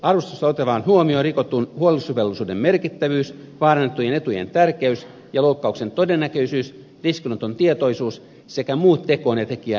arvostelussa otetaan huomioon rikotun huolellisuusvelvollisuuden merkittävyys vaarannettujen etujen tärkeys ja loukkauksen todennäköisyys riskinoton tietoisuus sekä muut tekoon ja tekijään liittyvät olosuhteet